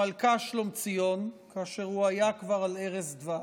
המלכה שלומציון, כאשר הוא היה כבר על ערש דווי: